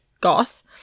Goth